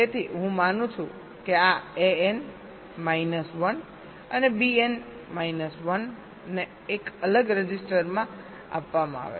તેથી હું માનું છું કે આ An માઇનસ 1 અને Bn માઇનસ 1 ને એક અલગ રજિસ્ટરમાં આપવામાં આવે છે